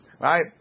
right